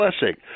blessing